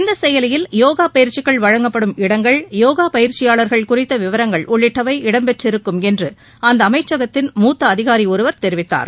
இந்த செயலியில் யோகா பயிற்சிகள் வழங்கப்படும் இடங்கள் யோகா பயிற்சியாளர்கள் குறித்த விவரங்கள் உள்ளிட்டவை இடம்பெற்றிருக்கும் என்று அந்த அமைச்சகத்தின் மூத்த அதிகாரி ஒருவர் தெரிவித்தார்